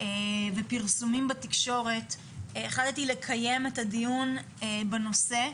ופרסומים בתקשורת, החלטתי לקיים את הדיון בנושא,